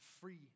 free